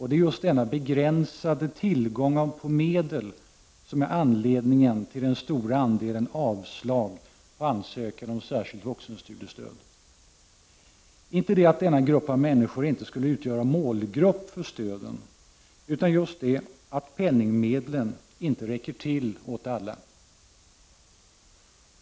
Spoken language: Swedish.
Det är just denna begränsade tillgång på medel som är anledningen till den stora andelen avslag på ansökningar om särskilt vuxenstudiestöd. Det är inte så att denna grupp av människor inte skulle utgöra målgrupp för stöden, utan penningmedlen räcker inte till åt alla.